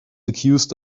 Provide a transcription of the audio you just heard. accused